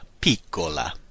piccola